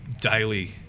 daily